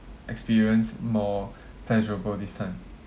experience more pleasurable this time